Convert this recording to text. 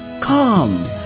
come